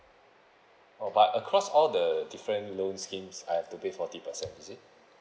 oh but across all the different loan schemes I have to pay forty percent is it